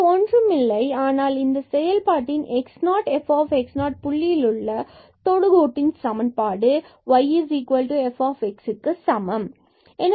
இது ஒன்றுமில்லை ஆனால் இந்த செயல்பாட்டின் x0 f புள்ளியில் உள்ள தொடுகோட்டின் சமன்பாடு y fx க்கு சமம்